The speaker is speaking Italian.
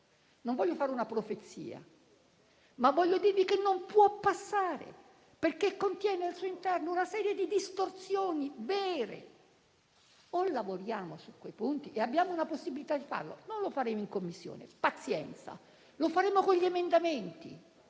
Non voglio fare una profezia, ma voglio dirvi che non può passare, perché contiene al suo interno una serie di distorsioni reali. Lavoriamo su quei punti, perché abbiamo la possibilità di farlo; non lo faremo in Commissione, pazienza. Lo faremo con gli emendamenti,